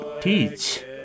teach